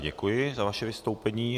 Děkuji za vaše vystoupení.